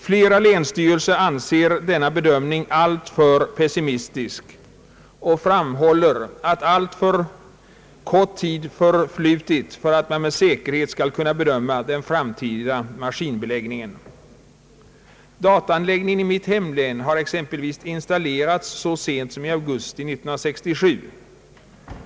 Flera länsstyrelser anser denna bedömning alliför pessimistisk och framhåller att för kort tid förflutit för att man med säkerhet skall kunna bedöma den framtida maskinbeläggningen. Dataanläggningen i mitt hemlän har exempelvis installerats så sent som i augusti 1967.